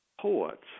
poets